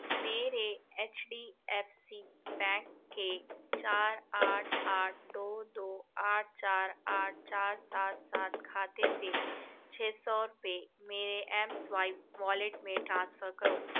میرے H D F C bank کے چار آٹھ آٹھ دو دو آٹھ چار آٹھ چار سات سات خاتے سے چھ سو روپے میرے ایم سوائپ والیٹ میں ٹرانسفر کرو